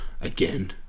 Again